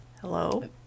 Hello